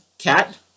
Cat